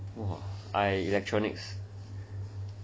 err I electronics